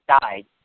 died